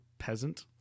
peasant